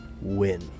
Win